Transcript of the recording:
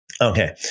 Okay